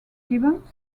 gibbons